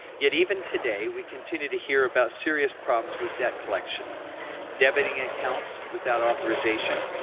yet, even today, we continue to hear about serious problems with debt collection debiting accounts without authorization,